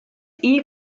iyi